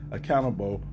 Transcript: accountable